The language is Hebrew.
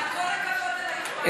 אבל כל הכבוד על היוזמה.